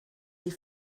die